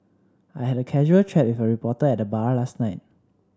I had a casual chat with a reporter at the bar last night